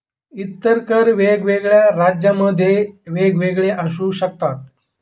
इतर कर वेगवेगळ्या राज्यांमध्ये वेगवेगळे असू शकतात